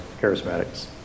charismatics